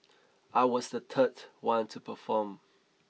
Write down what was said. I was the third one to perform